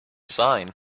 sign